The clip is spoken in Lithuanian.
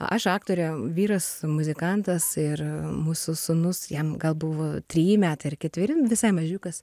aš aktorė vyras muzikantas ir mūsų sūnus jam gal buvo treji metai ar ketveri visai mažiukas